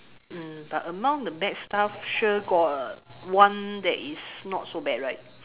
mm but among the bad stuff sure got one that is not so bad right